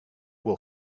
will